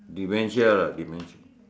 dementia lah dementia